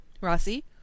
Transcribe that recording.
Rossi